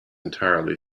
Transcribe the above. entirely